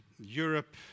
Europe